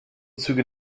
züge